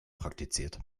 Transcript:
praktiziert